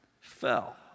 fell